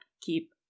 keep